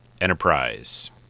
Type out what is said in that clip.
enterprise